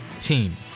team